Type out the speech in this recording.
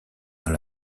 dans